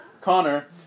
Connor